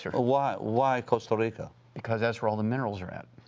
sir. why? why costa rica? because that's where all the minerals are at.